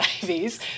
Davies